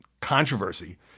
controversy